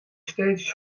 steeds